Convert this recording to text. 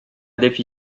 défi